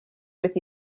with